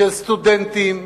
של סטודנטים,